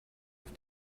auf